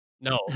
no